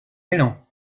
élan